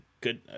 good